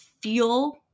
feel